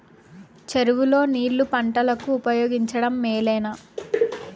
చెరువు లో నీళ్లు పంటలకు ఉపయోగించడం మేలేనా?